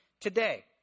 today